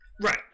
Right